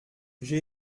j’ai